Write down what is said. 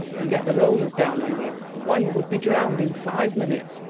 and get the rollers down on you why you would be drowned in five minutes.